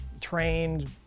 trained